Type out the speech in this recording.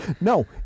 No